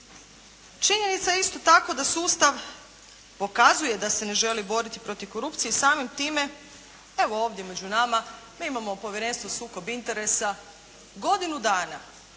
Činjenica je isto tako da sustav pokazuje da se ne želi boriti protiv korupcije samim time, evo ovdje među nama, mi imamo Povjerenstvo sukob interesa godinu dana,